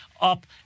up